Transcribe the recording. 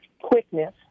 quickness